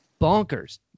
bonkers